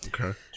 Okay